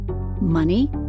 Money